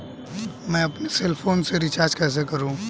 मैं अपने cell phone में रिचार्ज कैसे करूँ?